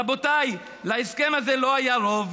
רבותיי, להסכם הזה לא היה רוב.